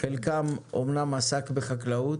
חלקם אמנם עסק בחקלאות,